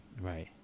Right